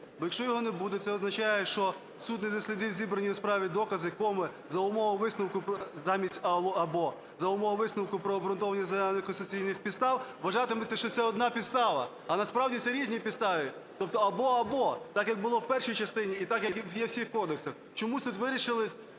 Бо якщо його не буде, це означає, що суд не дослідить зібрані у справі докази, кома, за умови висновку, замість "або", за умови висновку про обґрунтованість з... конституційних підстав, вважатиметься, що це одна підстава, а насправді це різні підстави. Тобто або-або, так, як було в першій частині, і так, як є у всіх кодексах. Чомусь тут вирішили